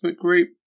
group